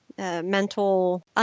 Mental